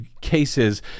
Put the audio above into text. cases